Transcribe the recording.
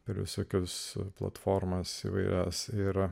per visokius platformas įvairias yra